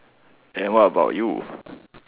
and what about you